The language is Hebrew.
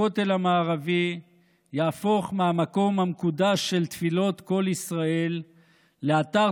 הכותל המערבי יהפוך מהמקום המקודש של תפילות כל ישראל לאתר